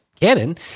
Canon